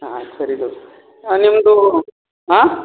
ಹಾಂ ಆಯ್ತು ಸರಿ ಇದು ನಿಮ್ದೂ ಹಾಂ